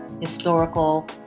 historical